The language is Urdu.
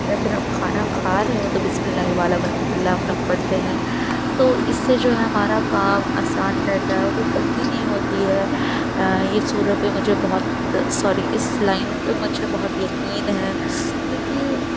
یا پھر ہم کھانا کھا رہے ہوں تو بسم الله وعلیٰ بركة الله ہم لوگ پڑھتے ہیں تو اس سے جو ہے ہمارا کام آسان رہتا ہے اور پھر غلطی نہیں ہوتی ہے یہ سورتیں مجھے بہت سوری اس لائن پہ مجھے بہت یقین ہے کیونکہ